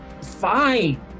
Fine